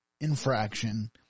infraction